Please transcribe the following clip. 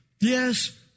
Yes